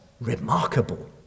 remarkable